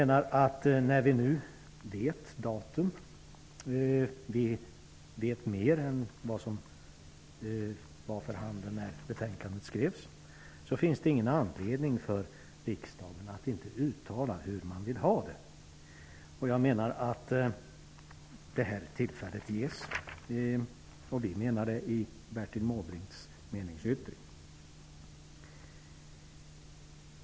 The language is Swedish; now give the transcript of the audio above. När vi nu vet datum och över huvud taget vet mer än när betänkandet skrevs finns det ingen anledning för riksdagen att inte uttala hur man vill ha det. Tillfälle till det får riksdagen genom att bifalla Bertil Måbrinks meningsyttring.